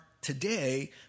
today